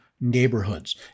neighborhoods